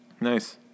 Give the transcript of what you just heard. Nice